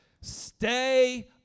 Stay